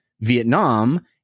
Vietnam